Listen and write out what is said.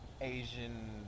Asian